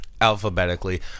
alphabetically